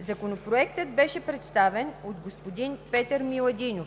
Законопроектът беше представен от господин Петър Миладинов.